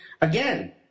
again